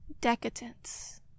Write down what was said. decadence